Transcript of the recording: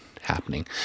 happening